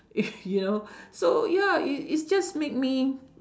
you know so ya it's just make me